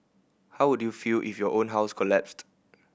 how would you feel if your own house collapsed